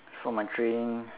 for my training